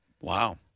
Wow